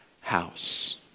house